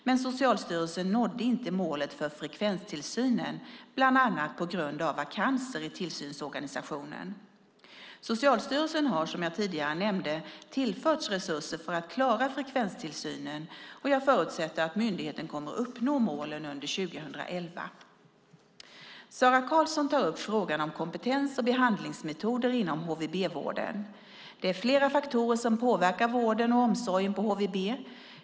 Men Socialstyrelsen nådde inte målet för frekvenstillsynen, bland annat på grund av vakanser i tillsynsorganisationen. Socialstyrelsen har, som jag tidigare nämnde, tillförts resurser för att klara frekvenstillsynen. Jag förutsätter att myndigheten kommer att uppnå målen under 2011. Sara Karlsson tar upp frågan om kompetens och behandlingsmetoder inom HVB-vården. Det är flera faktorer som påverkar vården och omsorgen på HVB.